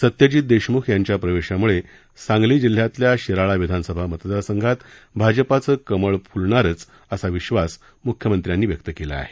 सत्यजीत देशम्ख यांच्या प्रवेशाम्ळे सांगली जिल्ह्यातल्या शिराळा विधानसभा मतदारसंघात भाजपचं कमळ फ्लणारच असा विश्वास यांनी व्यक्त केला आहे